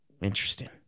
Interesting